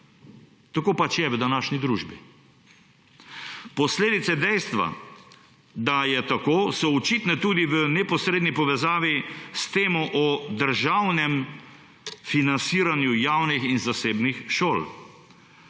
Tako pač je v današnji družbi. Posledice dejstva, da je tako, so očitne tudi v neposredni povezavi s temo o državnem financiranju javnih in zasebnih šol.